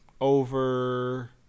over